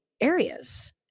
areas